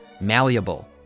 malleable